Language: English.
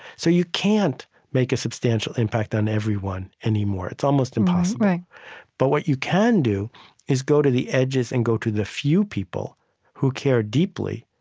so you can't make a substantial impact on everyone anymore. it's almost impossible but what you can do is go to the edges, and go to the few people who care deeply,